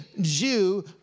Jew